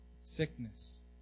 Sickness